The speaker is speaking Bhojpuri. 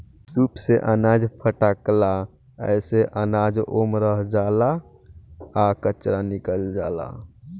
सूप से अनाज फटकाला एसे अनाज ओमे रह जाला आ कचरा निकल जाला